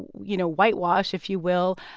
you know, whitewash, if you will,